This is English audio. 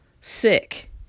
sick